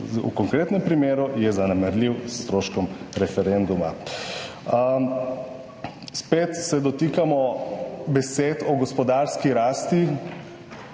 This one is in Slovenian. v konkretnem primeru je zanemarljiv s stroškom referenduma. Spet se dotikamo besed o gospodarski rasti,